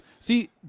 See